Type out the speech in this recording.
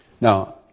Now